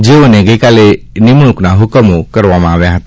જેઓને ગઈકાલે નિમણુંકના હુકમો કરવામાં આવ્યા હતા